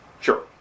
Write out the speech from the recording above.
Sure